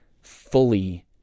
fully